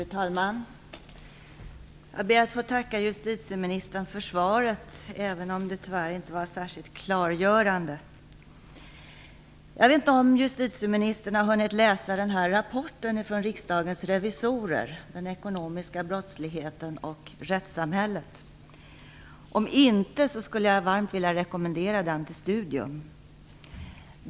Fru talman! Jag ber att få tacka justitieministern för svaret, även om det tyvärr inte var särskilt klargörande. Jag vet inte om justitieministern hunnit läsa Riksdagens revisorers rapport "Den ekonomiska brottsligheten och rättssamhället". Om inte, skulle jag varmt vilja rekommendera den till studium.